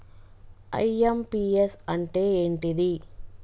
IMPS అంటే ఏంటిది?